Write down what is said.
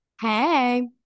hey